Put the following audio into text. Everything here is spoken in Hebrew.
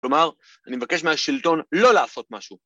‫כלומר, אני מבקש מהשלטון ‫לא לעשות משהו.